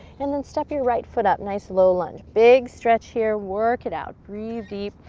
and then step your right foot up, nice low lunge. big stretch here. work it out. breathe deep,